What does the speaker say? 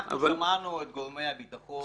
כבודו, אנחנו שמענו את גורמי הביטחון,